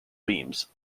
beams